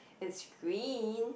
is green